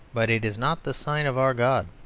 but it is not the sign of our god.